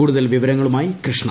കൂടുതൽ വിവരങ്ങളുമായി കൃഷ്ണ